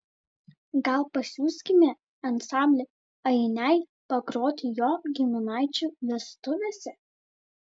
gal pasiųskime ansamblį ainiai pagroti jo giminaičių vestuvėse